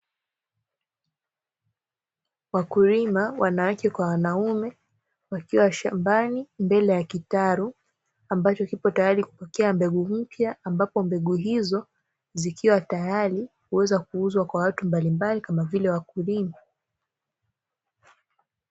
Wakulima wanawake kwa wanaume wakiwa shambani mbele ya kitalu, ambacho kipo tayari kupokea mbegu mpya ambapo mbegu hizo zikiwa tayari kuweza kuuzwa kwa watu mbalimbali kama vile wakulima.